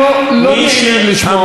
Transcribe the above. אומנם הוא אומר דברים לא נעימים לשמוע,